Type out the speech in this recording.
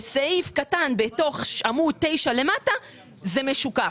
ובסעיף קטן בעמוד 9 למטה זה משוקף.